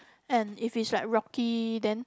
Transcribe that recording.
and if it's right rocky then